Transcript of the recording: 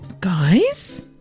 Guys